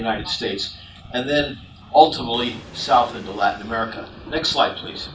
united states and then ultimately south into latin america next slide please